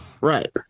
right